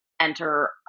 enter